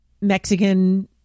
Mexican